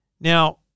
Now